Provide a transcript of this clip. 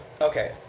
Okay